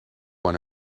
one